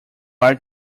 are